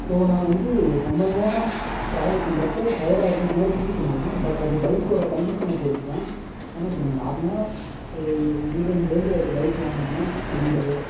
so நான் வந்து ரொம்ப நேரம் டிராவல் பண்றப்போ டயர்டாக இருக்கிற மாதிரி ஃபீல் பண்ணியிருக்கேன் பட் அது பைக்கோட கண்டிஷனை பொருத்துதான் ஏன்னால் இப்போ நம்ம நார்மலாக ஒரு மீடியம் ரேன்ஜில் இருக்கிற பைக் வாங்கினம்னா ஸ்ப்லெண்டரு